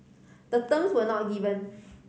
the terms were not given